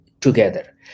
together